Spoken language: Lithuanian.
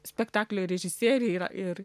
spektaklio režisierė yra ir